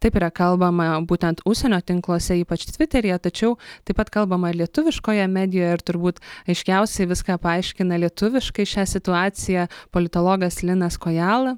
taip yra kalbama būtent užsienio tinkluose ypač tviteryje tačiau taip pat kalbama ir lietuviškoje medijoje ir turbūt aiškiausiai viską paaiškina lietuviškai šią situaciją politologas linas kojala